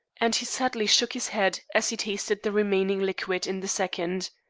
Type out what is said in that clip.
and he sadly shook his head as he tasted the remaining liquid in the second.